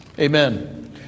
Amen